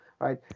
right